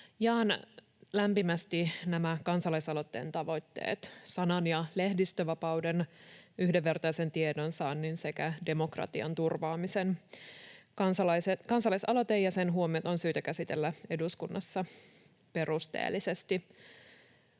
Jaan lämpimästi nämä kansalaisaloitteen tavoitteet: sanan‑ ja lehdistönvapauden, yhdenvertaisen tiedonsaannin sekä demokratian turvaamisen. Kansalaisaloite ja sen huomiot on syytä käsitellä eduskunnassa perusteellisesti.